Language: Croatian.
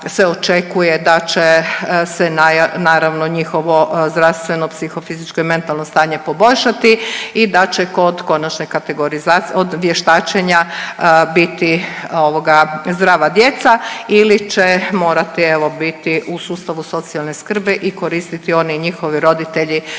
se očekuje da će se naravno njihovo zdravstveno, psihofizičko i mentalno stanje poboljšati i da će kod konačne kategorizacije, vještačenja biti ovoga zdrava djeca ili će morati evo biti u sustavu socijalne skrbi i koristiti oni i njihovi roditelji